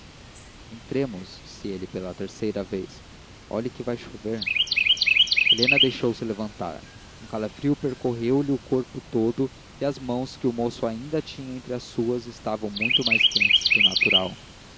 entremos disse ele pela terceira vez olhe que vai chover helena deixou-se levantar um calafrio percorreu lhe o corpo todo e as mãos que o moço ainda tinha entre as suas estavam muito mais quentes que o natural